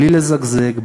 בלי לזגזג,